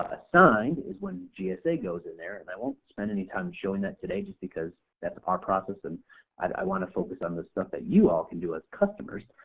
assigned is when gsa goes in there and i won't spend any time showing that today just because that's our process and i want to focus on the stuff that you all can do as customers.